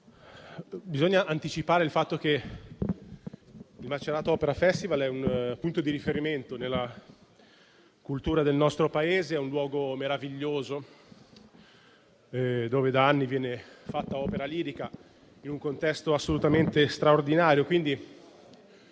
bisogna anticipare il fatto che il Macerata Opera Festival è un punto di riferimento nella cultura del nostro Paese, un luogo meraviglioso, dove da anni viene fatta opera lirica in un contesto assolutamente straordinario.